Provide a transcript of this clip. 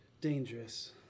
dangerous